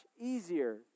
easier